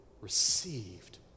received